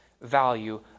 value